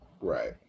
Right